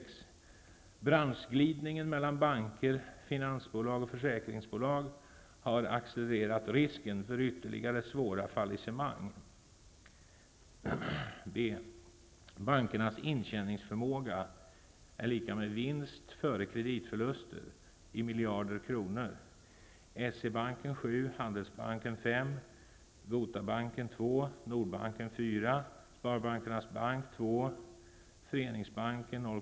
tBranschglidningen mellan banker, finansbolag och försäkringsbolag har accelerat risken för ytterligare svåra fallissemang.